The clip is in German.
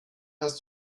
hast